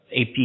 AP